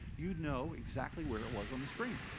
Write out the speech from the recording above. you'd know exactly where it was on the screen.